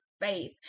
Faith